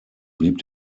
blieb